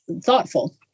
thoughtful